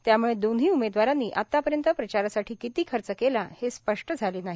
त्यामुळे दोन्ही उमेदवारांनी आतापर्यंत प्रचारासाठी किती खर्च केला हे स्पष्ट झाले नाही